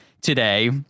today